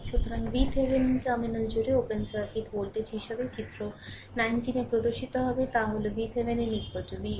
সুতরাং VThevenin terminal জুড়ে open circuit voltage হিসাবে চিত্র 19 এ প্রদর্শিত হবে তা হল VThevenin Voc